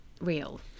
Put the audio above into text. real